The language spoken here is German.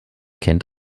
kennt